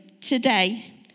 today